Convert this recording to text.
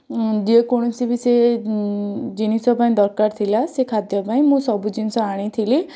ଯେକୌଣସି ବି ସେ ଜିନିଷ ପାଇଁ ଦରକାର ଥିଲା ସେ ଖାଦ୍ୟ ପାଇଁ ମୁଁ ସବୁ ଜିନିଷ ଆଣିଥିଲି